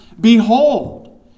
behold